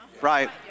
right